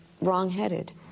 wrong-headed